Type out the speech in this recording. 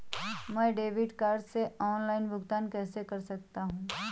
मैं debit card से online भुगतान कैसे कर सकता हूँ?